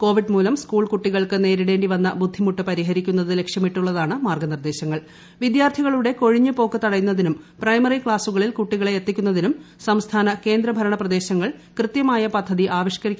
Covid മൂലം school കുട്ടികൾക്ക് നേരിടേണ്ടിവരുന്ന ബുദ്ധിമുട്ട് പരിഹരിക്കുന്നത് ലക്ഷ്യമിട്ടുള്ളതാണ് മാർഗനിർദേശ ങ്ങൾ വിദ്യാർത്ഥികളുടെ കൊഴിഞ്ഞു പോക്ക് തടയുന്നതിനും പ്രൈമറി ക്ലാസുകളിൽ കുട്ടികളെ എത്തിക്കുന്നതിനും സംസ്ഥാന കേന്ദ്രഭരണ പ്രദേശങ്ങൾ കൃതൃമായ പദ്ധതി ആവിഷ്കരിക്കണം